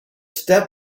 step